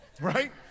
right